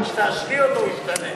רק אחרי שתאשרי אותו הוא ישתנה.